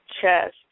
chest